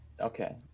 okay